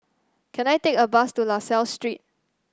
can I take a bus to La Salle Street